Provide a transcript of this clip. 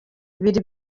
ibiri